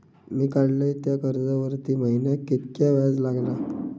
मी काडलय त्या कर्जावरती महिन्याक कीतक्या व्याज लागला?